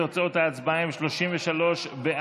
תוצאות ההצבעה הן 33 בעד,